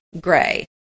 gray